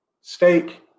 steak